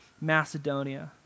Macedonia